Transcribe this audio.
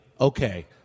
okay